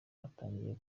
atangiye